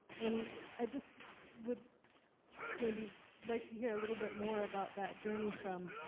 and i just would maybe like to hear a little bit more about that journey from,